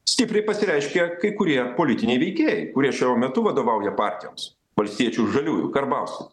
stipriai pasireiškė kai kurie politiniai veikėjai kurie šiuo metu vadovauja partijoms valstiečių ir žaliųjų karbauskis